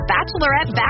Bachelorette